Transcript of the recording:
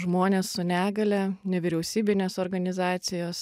žmonės su negalia nevyriausybinės organizacijos